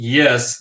yes